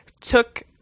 took